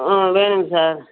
ஆ வேணும் சார்